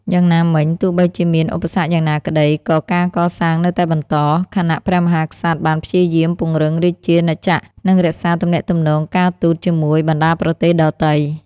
យ៉ាងណាមិញ ទោះបីជាមានឧបសគ្គយ៉ាងណាក្តី ក៏ការកសាងនៅតែបន្ត ខណៈព្រះមហាក្សត្របានព្យាយាមពង្រឹងរាជាណាចក្រ និងរក្សាទំនាក់ទំនងការទូតជាមួយបណ្ដាប្រទេសដទៃ។